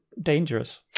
dangerous